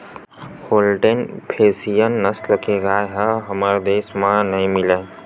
Holstein Friesian नसल के गाय ह हमर देस म नइ मिलय